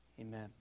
Amen